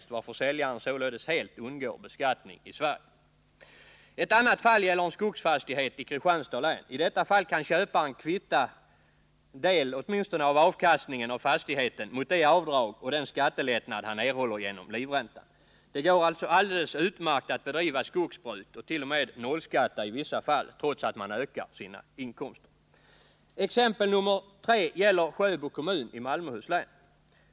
Genom flyttningen undgår säljaren således helt beskattning i Sverige. Det andra fallet gäller en skogsfastighet i Kristianstads län. I detta fall kan köparen kvitta åtminstone en del av avkastningen av fastigheten mot det avdrag och den skattelättnad han erhåller genom livräntan. Det går alltså alldeles utmärkt att bedriva skogsbruk och t.o.m. i vissa fall nollskatta trots att man ökar sina inkomster. Det tredje exemplet gäller Sjöbo kommun i Malmöhus län.